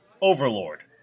Overlord